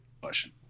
question